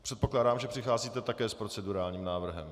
Předpokládám, že přicházíte také s procedurálním návrhem.